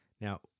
now